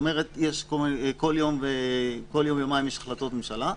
כל יום-יומיים יש החלטות ממשלה,